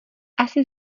asi